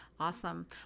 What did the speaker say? Awesome